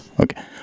Okay